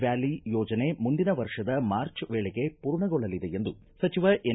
valley ಯೋಜನೆ ಮುಂದಿನ ವರ್ಷದ ಮಾರ್ಚ್ ವೇಳೆಗೆ ಪೂರ್ಣಗೊಳ್ಳಲಿದೆ ಎಂದು ಸಚಿವ ಎನ್